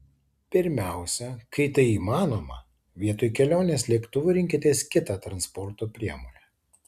pirmiausia kai tai įmanoma vietoj kelionės lėktuvu rinkitės kitą transporto priemonę